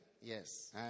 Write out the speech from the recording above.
yes